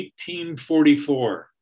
1844